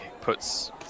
puts